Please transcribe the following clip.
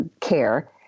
care